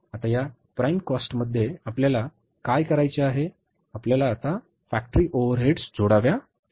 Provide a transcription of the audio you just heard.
आता या प्राइम कॉस्टमध्ये आपल्याला काय करायचे आहे आपल्याला आता फॅक्टरी ओव्हरहेड्स जोडाव्या लागतील